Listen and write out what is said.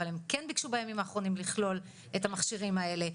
אבל הם כן ביקשו בימים האחרונים לכלול את המכשירים האלה,